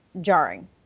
jarring